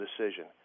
decision